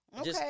Okay